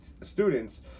students